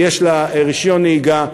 ויש לה רישיון נהיגה,